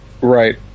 Right